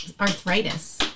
arthritis